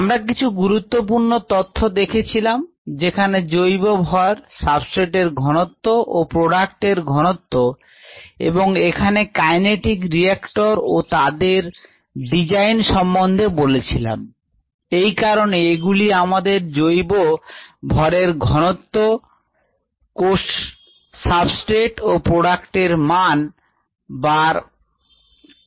আমরা কিছু গুরুত্বপূর্ণ তথ্য দেখেছিলাম যেখানে জৈব ভর সাবস্ট্রেট এর ঘনত্ব ও প্রোডাক্ট এর ঘনত্ব এবং এখানে কাইনেটিক রিয়েক্টর ও তাদের ডিজাইন সম্বন্ধে বলেছিলাম এই কারণে এগুলি আমাদের জৈব ভরের ঘনত্ব কোষ সাবস্ট্রেট ও প্রোডাক্ট এর মান বার করতে হবে